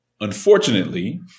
unfortunately